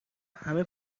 همه